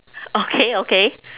okay okay